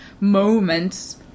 moments